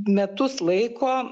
metus laiko